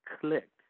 clicked